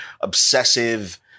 obsessive